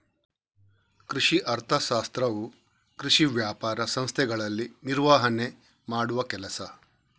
ಕೃಷಿ ಅರ್ಥಶಾಸ್ತ್ರವು ಕೃಷಿ ವ್ಯಾಪಾರ ಸಂಸ್ಥೆಗಳಲ್ಲಿ ನಿರ್ವಹಣೆ ಮಾಡುವ ಕೆಲಸ